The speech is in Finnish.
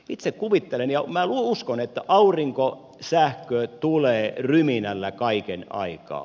itse kuvittelen ja minä uskon että aurinkosähkö tulee ryminällä kaiken aikaa